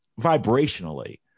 vibrationally